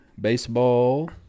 Baseball